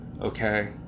okay